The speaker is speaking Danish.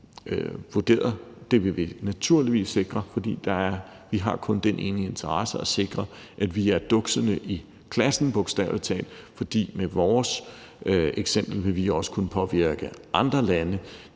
vurderet, vil vi naturligvis sikre det, for vi har kun den ene interesse at sikre, at vi er duksene i klassen, bogstavelig talt, fordi vi med vores eksempel også ville kunne påvirke andre lande